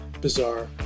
bizarre